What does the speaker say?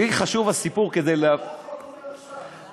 לי חשוב הסיפור כדי, רק שנייה.